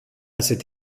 cette